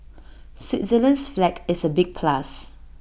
Switzerland's flag is A big plus